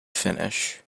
finish